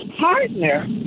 partner